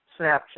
Snapchat